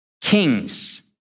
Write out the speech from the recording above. kings